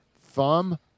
thumb